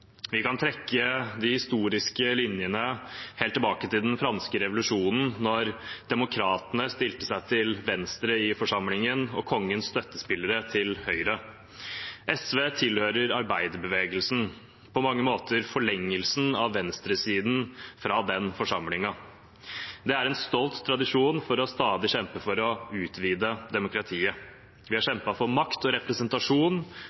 Vi kan trekke de historiske linjene helt tilbake til den franske revolusjonen, da demokratene stilte seg til venstre i forsamlingen og Kongens støttespillere til høyre. SV tilhører arbeiderbevegelsen, på mange måter forlengelsen av venstresiden fra den forsamlingen. Det er en stolt tradisjon for stadig å kjempe for å utvide demokratiet. Vi har